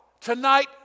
Tonight